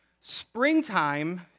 Springtime